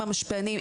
עם המשתנים,